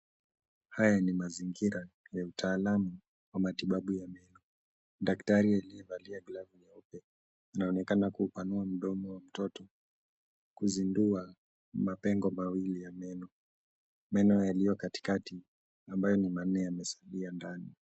Haya ni mazingira ya utaalamu wa matibabu ya meno. Daktari aliyevalia glavu nyeupe anaonekana kuupanua mdomo wa mtoto, kuzindua mapengo mawili ya meno. Meno yaliyo katikati ambayo ni manne yasalia ndani.